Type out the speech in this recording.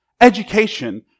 Education